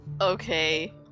okay